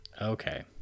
Okay